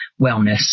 wellness